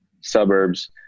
suburbs